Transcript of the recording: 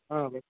ಹಾಂ ಬೇಕು